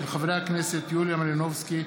של חברי הכנסת יוליה מלינובסקי,